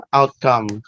outcome